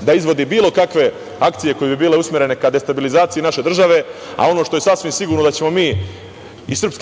da izvodi bilo kakve akcije koje bi bile usmerene ka destabilizaciji naše države, a ono što je sasvim sigurno da ćemo mi iz SNS